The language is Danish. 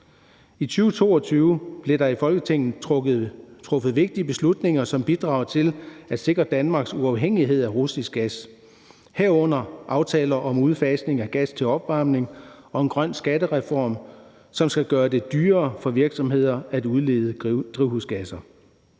I 2022 blev der i Folketinget truffet vigtige beslutninger, som bidrager til at sikre Danmarks uafhængighed af russisk gas, herunder aftaler om udfasning af gas til opvarmning og en grøn skattereform, som skal gøre det dyrere for virksomheder at udlede drivhusgasser.